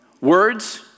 Words